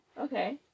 Okay